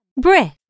brick